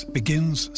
begins